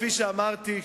כפי שאמרתי,